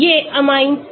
ये अमाइन हैं